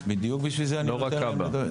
לא רק כב"ה.